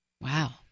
Wow